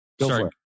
sorry